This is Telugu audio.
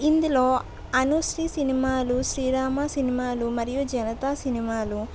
ఇందులో అనుశ్రీ సినిమాలు శ్రీరామ సినిమాలు మరియు జనతా సినిమాలు